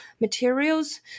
materials